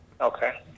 Okay